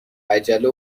عجله